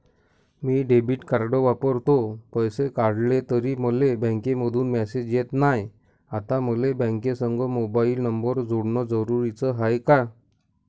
मी debit card वापरतो, पैसे काढले तरी मले बँकेमंधून मेसेज येत नाय, आता मले बँकेसंग मोबाईल नंबर जोडन जरुरीच हाय का?